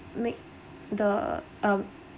make the um